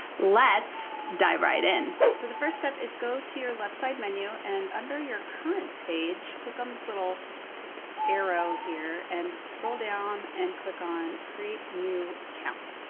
let's dive right in. so the first step is go to your left side menu, and under your current page, click on this little arrow here, and scroll down and click on create new account.